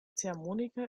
ziehharmonika